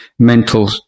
Mental